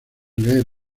leer